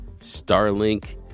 Starlink